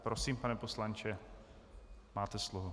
Prosím, pane poslanče, máte slovo.